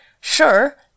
Sure